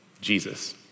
Jesus